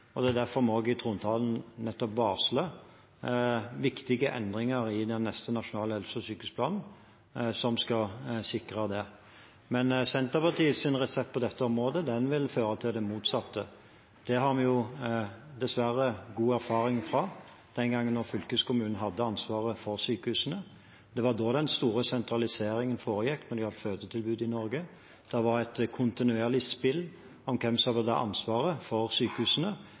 Det er også derfor vi i trontalen nettopp varslet viktige endringer i den neste nasjonale helse- og sykehusplanen, som skal sikre det. Senterpartiets resept på dette området vil føre til det motsatte. Det har vi dessverre mye erfaring med fra den gangen fylkeskommunene hadde ansvaret for sykehusene. Det var da den store sentraliseringen foregikk når det gjaldt fødetilbud i Norge. Det var et kontinuerlig spill mellom fylkestingene og Stortinget om hvem som hadde ansvaret for sykehusene,